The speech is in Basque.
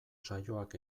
saioak